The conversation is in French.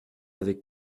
avec